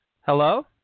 Hello